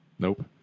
Nope